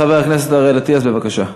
חבר הכנסת אריאל אטיאס, בבקשה.